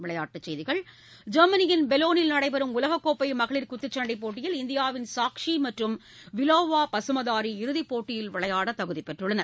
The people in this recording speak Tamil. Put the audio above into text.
விளையாட்டுச் செய்திகள் ஜெர்மனியின் பொலோனில் நடைபெறும் உலக கோப்பை மகளிர் குத்துச்சன்டை போட்டியில் இந்தியாவின் சாசுடி மற்றும் விலாவோ பசுமதாரி இறுதிப் போட்டியில் விளையாட தகுதி பெற்றுள்ளனர்